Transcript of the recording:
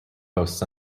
boasts